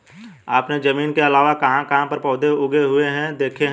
आपने जमीन के अलावा कहाँ कहाँ पर पौधे उगे हुए देखे हैं?